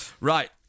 Right